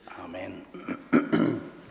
Amen